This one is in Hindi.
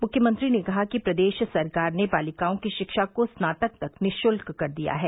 मुख्यमंत्री ने कहा कि प्रदेश सरकार ने बालिकाओं की शिक्षा को स्नातक तक निशुल्क कर दिया है